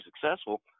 successful